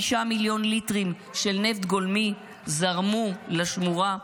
5 מיליון ליטרים של נפט גולמי זרמו לשמורה.